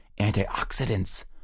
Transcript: antioxidants